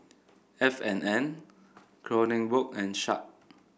F and N Kronenbourg and Sharp